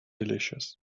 delicious